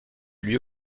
lui